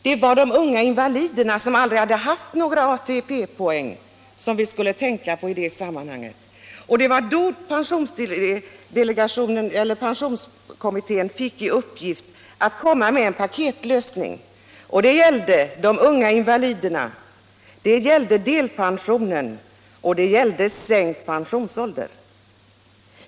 Det var de unga invaliderna, som aldrig hade haft några pensionspoäng, vi i detta sammanhang skulle tänka på. Det var då pensionskommittén fick i uppdrag att föreslå en paketlösning gällande de unga invaliderna, delpensionen och frågan om sänkt pensionsålder.